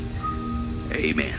Amen